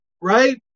right